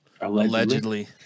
Allegedly